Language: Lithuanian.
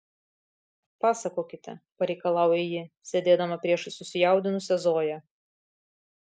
pasakokite pareikalauja ji sėdėdama priešais susijaudinusią zoją